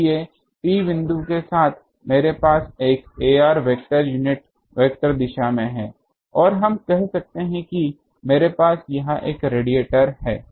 इसलिए P बिंदु के साथ मेरे पास एक ar वेक्टर यूनिट वेक्टर दिशा में है और हम कहते हैं कि मेरे पास यहाँ एक रेडिएटर है